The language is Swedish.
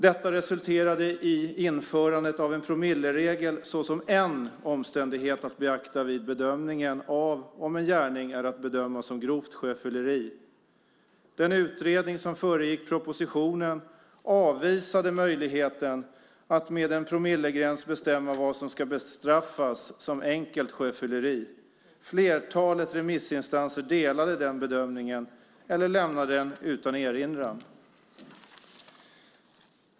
Detta resulterade i införandet av en promilleregel såsom en omständighet att beakta vid bedömningen av om en gärning är att bedöma som grovt sjöfylleri. Den utredning som föregick propositionen avvisade möjligheten att med en promillegräns bestämma vad som ska bestraffas som enkelt sjöfylleri. Flertalet remissinstanser delade den bedömningen eller lämnade den utan erinran.